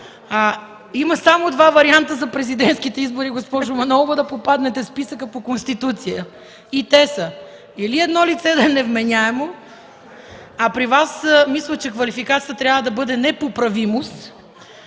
Има само два варианти за президентските избори, госпожо Манолова, да попаднете в списъка по Конституция и те са: или едно лице да е невменяемо, а при Вас мисля, че квалификацията трябва да бъде непоправимост.